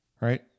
right